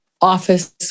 office